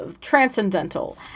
transcendental